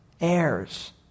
heirs